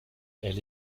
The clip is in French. elle